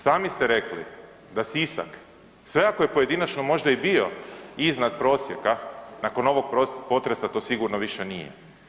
Sami ste rekli da Sisak sve ako je pojedinačno možda i bio iznad prosjeka nakon ovog potresa to sigurno više nije.